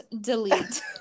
delete